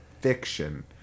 fiction